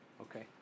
Okay